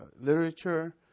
literature